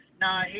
No